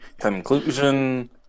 conclusion